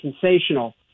sensational